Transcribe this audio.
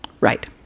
Right